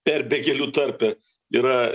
perbėgėlių tarpe yra